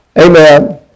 Amen